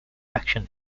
action